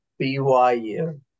BYU